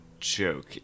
joke